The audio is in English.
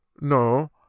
No